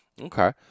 Okay